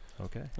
Okay